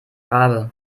rabe